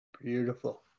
Beautiful